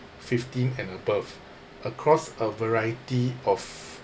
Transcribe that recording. fifteen and above across a variety of